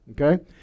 Okay